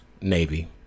Navy